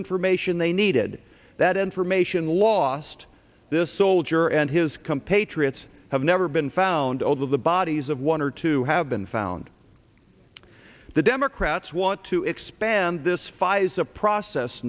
information they needed that information lost this soldier and his compatriots have never been found over the bodies of one or two have been found the democrats want to expand this fire is a process